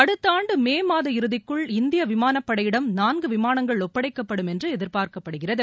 அடுத்த ஆண்டு மே மாதம் இறுதிக்குள் இந்திய விமானப் படையிடம் நான்கு விமானங்கள் ஒப்படைக்கப்படும் என்று எதிர்பார்க்கப்படுகிறது